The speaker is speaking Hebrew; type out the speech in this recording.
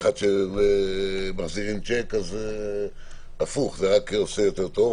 עד להחזרת השיק אז זה רק עושה יותר טוב.